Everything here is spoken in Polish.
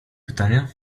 pytania